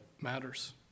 matters